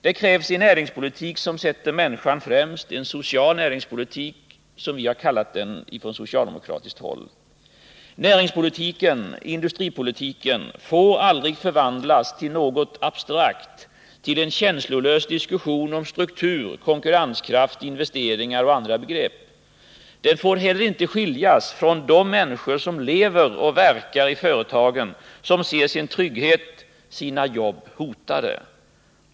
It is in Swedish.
Det krävs en näringspolitik som sätter människan främst, en social näringspolitik, som vi har kallat den från socialdemokratiskt håll. Näringspolitiken, industripolitiken, får aldrig förvandlas till något abstrakt, till en känslolös diskussion om struktur, konkurrenskraft, investeringar och andra begrepp. Den får heller inte skiljas från de människor som lever och verkar i företagen, som ser sin trygghet, sina jobb, hotade.